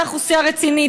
סיעה רצינית,